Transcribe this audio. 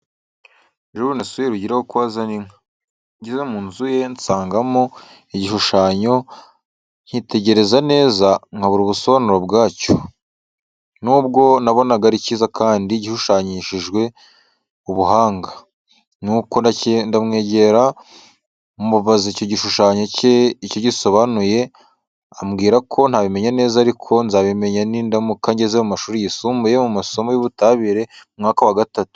Ejo bundi nasuye Rugira wo kwa Zaninka. Ngeze mu nzu ye, nsangamo igishushanyo, ariko nkitegereza neza nkabura ubusobanuro bwacyo, nubwo nabonaga ari cyiza kandi gishushanyanyijwe ubuhanga. Ni uko ndamwegera, mubaza icyo igishushanyo cye icyo gisobanuye, ambwira ko ntabimenya neza, ariko ko nzabimenya nindamuka ngeze mu mashuri yisumbuye, mu isomo ry’ubutabire, mu mwaka wa gatatu.